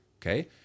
Okay